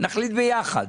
נחליט ביחד.